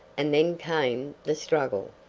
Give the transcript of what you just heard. and then came the struggle.